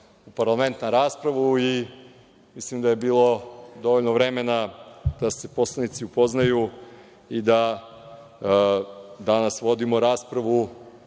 u parlament na raspravu i mislim da je bilo dovoljno vremena da se poslanici upoznaju i da danas vodimo raspravu